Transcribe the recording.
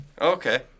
Okay